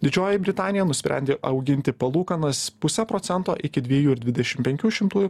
didžioji britanija nusprendė auginti palūkanas puse procento iki dviejų ir dvidešim penkių šimtųjų